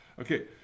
Okay